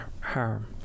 harm